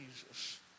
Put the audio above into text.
Jesus